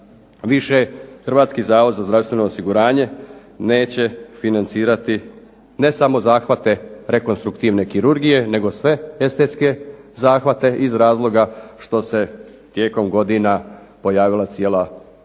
više Hrvatski zavod za zdravstveno osiguranje neće financirati ne samo zahvate rekontruktivne kirurgije, nego sve estetske zahvate iz razloga što se tijekom godina pojavila cijela paleta